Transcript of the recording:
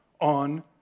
on